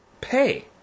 Pay